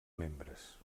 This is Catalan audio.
membres